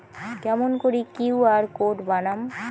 কেমন করি QR code বানাম?